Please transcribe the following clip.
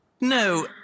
No